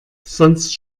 sonst